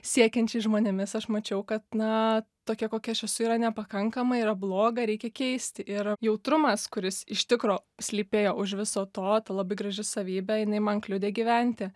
siekiančiais žmonėmis aš mačiau kad na tokia kokia aš esu yra nepakankama yra bloga reikia keisti ir jautrumas kuris iš tikro slypėjo už viso to ta labai graži savybė jinai man kliudė gyventi